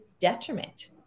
detriment